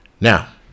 now